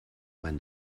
when